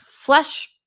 flesh